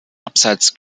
abseits